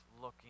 looking